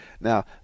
Now